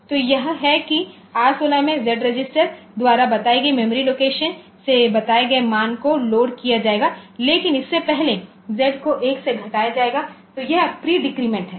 तो यह है कि R16 में Z रजिस्टर द्वारा बताई गई मेमोरी लोकेशन से बताए गए मान को लोड किया जाएगा लेकिन इससे पहले Z को 1 से घटाया जाएगा तो यह प्री डिक्रीमेंट है